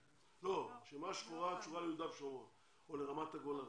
רשימה שחורה, התשובה יהודה ושומרון או רמת הגולן.